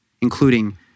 including